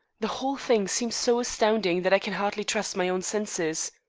the whole thing seems so astounding that i can hardly trust my own senses.